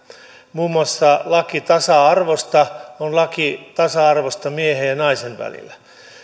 muun muassa laki tasa arvosta on laki tasa arvosta miehen ja naisen välillä